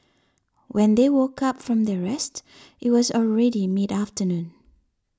when they woke up from their rest it was already mid afternoon